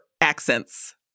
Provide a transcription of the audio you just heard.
accents